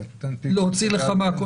תוציא לבית.